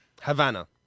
havana